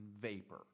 vapor